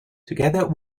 together